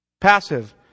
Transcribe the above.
Passive